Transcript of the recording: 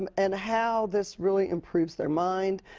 and and how this really improves their mind,